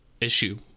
issue